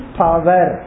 power